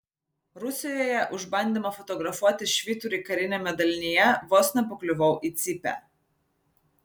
rusijoje už bandymą fotografuoti švyturį kariniame dalinyje vos nepakliuvau į cypę